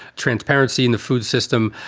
transparency in the food system.